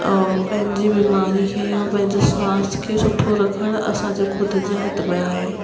पंहिंजी बीमारी खे ऐं पंहिंजो स्वास्थ्य खे सुठो रखणु असांजे ख़ुदि जे हथ में आहे